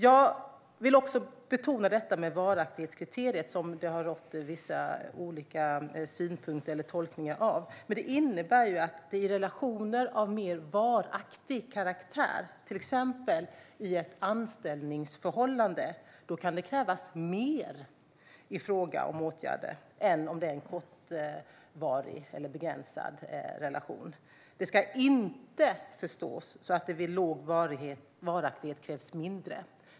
Jag vill också betona detta med varaktighetskriteriet, som det har funnits olika synpunkter på eller tolkningar av. Det innebär att i relationer av mer varaktig karaktär, till exempel i ett anställningsförhållande, kan det krävas mer i fråga om åtgärder än om det handlar om en kortvarig eller begränsad relation. Det ska inte förstås som att det vid låg varaktighet krävs mindre.